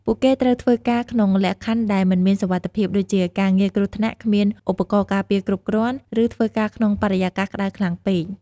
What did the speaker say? ពួកគេត្រូវធ្វើការក្នុងលក្ខខណ្ឌដែលមិនមានសុវត្ថិភាពដូចជាការងារគ្រោះថ្នាក់ គ្មានឧបករណ៍ការពារគ្រប់គ្រាន់ ឬធ្វើការក្នុងបរិយាកាសក្ដៅខ្លាំងពេក។